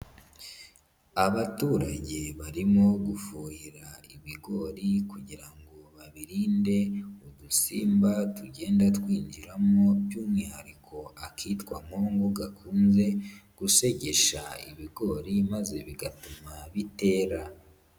Abaturage barimo gufuhira ibigori kugira ngo babirinde udusimba tugenda twinjiramo by'umwihariko akitwa nkongo gakunze gusegesha ibigori maze bigatuma bitera.